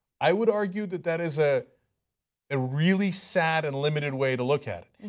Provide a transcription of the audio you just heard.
i would argue that that is a ah really sad, and limited way to look at it.